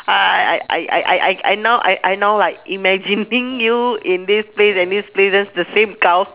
I I I I I I I now I I now like imagining you in this place and this places the same cow